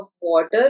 water